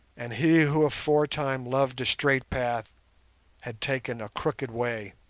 and he who aforetime loved a straight path had taken crooked way.